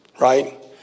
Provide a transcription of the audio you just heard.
Right